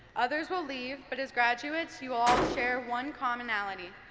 others will leave, but as graduates you all share one commonality,